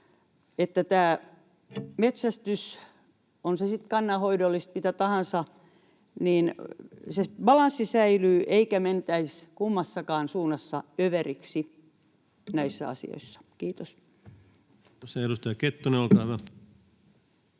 että on se metsästys sitten kannanhoidollista tai mitä tahansa, niin se balanssi säilyy, eikä mentäisi kummassakaan suunnassa överiksi näissä asioissa. — Kiitos. [Speech